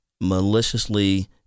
maliciously